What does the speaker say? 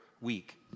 week